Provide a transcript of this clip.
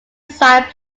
side